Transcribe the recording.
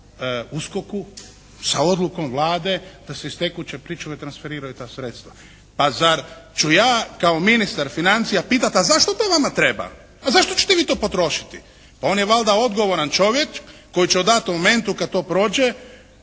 USKOK-u sa odlukom Vlade da se iz tekuće pričuve transferiraju ta sredstva. Pa zar ću ja kao ministar financija pitati: “A zašto to vama treba? A za što ćete vi to potrošiti?“ Pa on je valjda odgovoran čovjek koji će u datom momentu kad to prođe